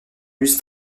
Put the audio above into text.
luz